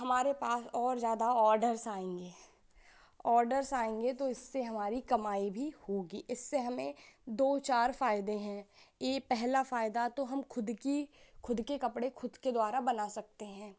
हमारे पास और ज़्यादा ऑर्डर्स आएँगे ऑर्डर्स आएँगे तो इससे हमारी कमाई भी होगी इससे हमें दो चार फ़ायदे हैं यह पहला फ़ायदा तो हम ख़ुद की ख़ुद के कपड़े ख़ुद के द्वारा बना सकते हैं